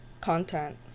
content